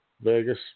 Vegas